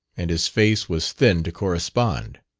and his face was thin to correspond.